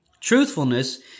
Truthfulness